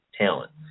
talent